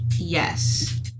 Yes